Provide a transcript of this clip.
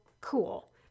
cool